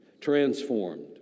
Transformed